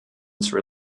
sri